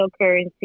cryptocurrency